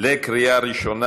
בקריאה ראשונה.